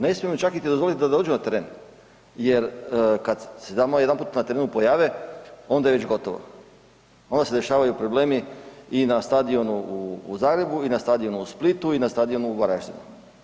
Ne smijemo čak ni dozvoliti da dođu na teren jer kad se tamo jedanput na terenu pojave, onda je već gotovo, onda se dešavaju problemi i na stadionu u Zagrebu i na stadionu u Splitu i na stadionu u Varaždinu.